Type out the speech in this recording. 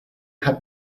had